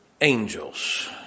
angels